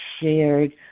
shared